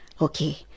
Okay